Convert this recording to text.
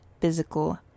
physical